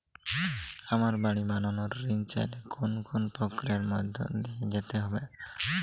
আমি বাড়ি বানানোর ঋণ চাইলে কোন কোন প্রক্রিয়ার মধ্যে দিয়ে যেতে হবে?